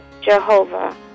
Jehovah